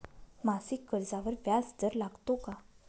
मासिक कर्जावर व्याज दर लागतो का?